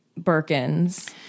Birkins